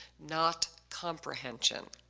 not comprehension.